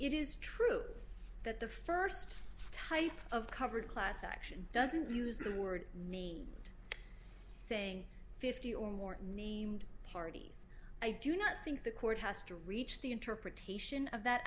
it is true that the first type of covered class action doesn't use the word me to say fifty or more named parties i do not think the court has to reach the interpretation of that